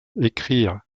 écrire